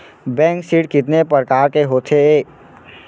Bank ऋण कितने परकार के होथे ए?